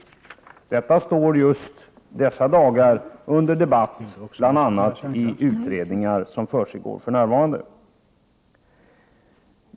I dessa dagar står den frågan under debatt bl.a. i utredningar som pågår för närvarande.